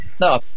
no